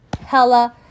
hella